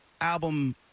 album